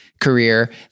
career